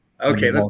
Okay